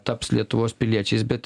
taps lietuvos piliečiais bet